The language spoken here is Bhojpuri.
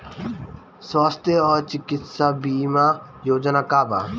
स्वस्थ और चिकित्सा बीमा योजना का बा?